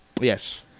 Yes